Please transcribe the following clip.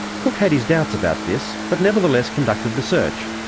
cook had his doubts about this, but nevertheless conducted the search.